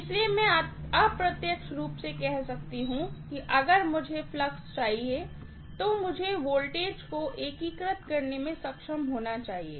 इसलिए मैं अप्रत्यक्ष रूप से कह सकती हूँ कि अगर मुझे फ्लक्स चाहिए तो मुझे वोल्टेज को एकीकृत करने में सक्षम होना चाहिए